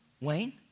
Wayne